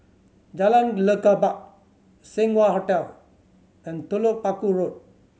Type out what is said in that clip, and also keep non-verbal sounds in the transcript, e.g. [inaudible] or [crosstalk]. Jalan [unintelligible] Lekub Seng Wah Hotel and Telok Paku Road